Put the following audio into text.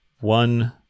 One